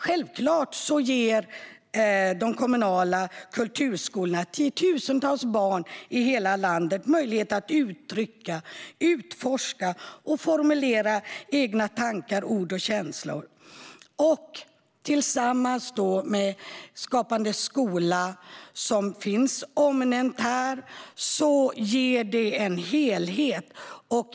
Självklart ger de kommunala kulturskolorna tiotusentals barn i hela landet möjlighet att uttrycka, utforska och formulera egna tankar, ord och känslor. Tillsammans med Skapande skola, som finns omnämnd här, ger de en helhet.